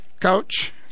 couch